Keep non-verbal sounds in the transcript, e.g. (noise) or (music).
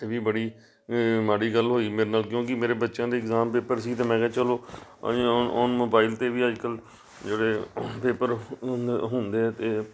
ਇਹ ਵੀ ਬੜੀ ਮਾੜੀ ਗੱਲ ਹੋਈ ਮੇਰੇ ਨਾਲ ਕਿਉਂਕਿ ਮੇਰੇ ਬੱਚਿਆਂ ਦੇ ਇਗਜ਼ਾਮ ਪੇਪਰ ਸੀ ਅਤੇ ਮੈਂ ਕਿਹਾ ਚਲੋ (unintelligible) ਹੁਣ ਮੋਬਾਈਲ 'ਤੇ ਵੀ ਅੱਜ ਕੱਲ੍ਹ ਜਿਹੜੇ ਪੇਪਰ ਹੁੰਦੇ ਹੁੰਦੇ ਆ ਅਤੇ